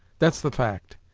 that's the fact.